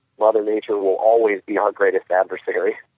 mother nature will always be our greatest adversary